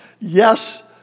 yes